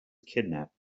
kidnapped